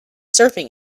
surfing